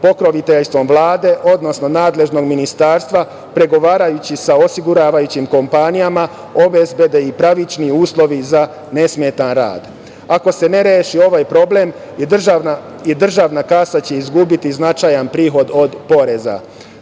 pokroviteljstvom Vlade, odnosno nadležnog ministarstva, pregovarajući sa osiguravajućim kompanijama obezbede i pravični uslovi za nesmetan rad. Ako se ne reši ovaj problem i državna kasa će izgubiti značajan prihod od poreza. Pitanje